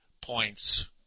points